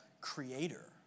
creator